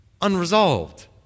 unresolved